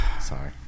Sorry